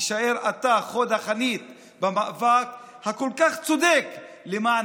תישאר אתה חוד החנית במאבק הכל-כך צודק למען